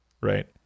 right